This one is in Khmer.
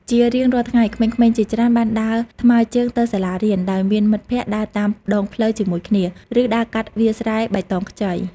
ជារៀងរាល់ថ្ងៃ ក្មេងៗជាច្រើនបានដើរថ្មើរជើងទៅសាលារៀន ដោយមានមិត្តភក្តិដើរតាមដងផ្លូវជាមួយគ្នា ឬដើរកាត់វាលស្រែបៃតងខ្ចី។